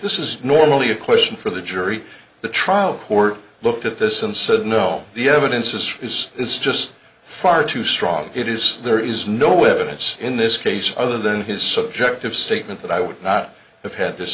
this is normally a question for the jury the trial court looked at this and said no the evidence is is it's just far too strong it is there is no evidence in this case other than his subjective statement that i would not have had t